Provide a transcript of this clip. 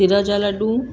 खीर जा लड्डू